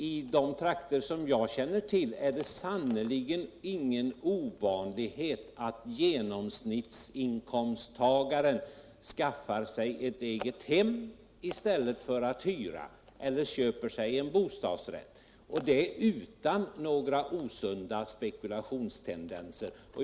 :I de trakter som jag känner till är det sannerligen ingen ovanlighet att genomsnittsinkomsttagare skaffar sig ett egethem eller köper sig cn bostadsrätt i stället för att hyra, och det sker utan några osunda spekulationstendenser.